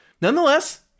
Nonetheless